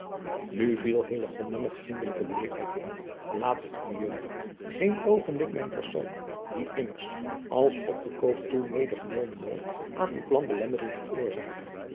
nu viel hillegonda met vriendelijke beleefdheid in laat mejuffrouw geen oogenblik mijn persoon die immers als op den koop toe mede genomen wordt aan uw plan belemmering veroorzaken